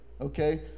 okay